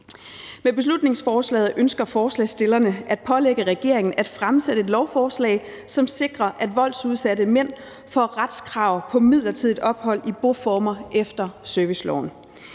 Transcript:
Med beslutningsforslaget ønsker forslagsstillerne at pålægge regeringen at fremsætte et lovforslag, som sikrer, at voldsudsatte mænd får retskrav på midlertidigt ophold i boformer efter serviceloven,